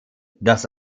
das